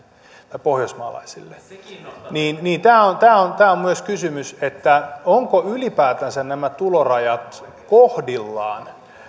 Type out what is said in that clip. ja pohjoismaalaisille tämä on tämä on myös kysymys ovatko ylipäätänsä nämä tulorajat kohdillaan